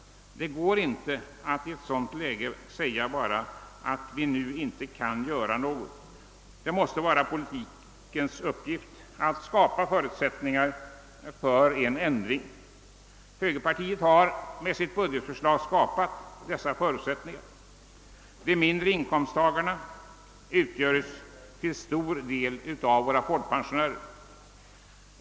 Det går inte att i ett sådant läge säga att vi nu inte kan göra något. Det måste vara politikens uppgift att skapa förutsättningar för en ändring. Högerpartiet har med sitt budgetförslag skapat dessa förutsättningar. De mindre inkomsttagarna utgörs till en stor del av folkpensionärer.